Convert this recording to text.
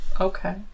Okay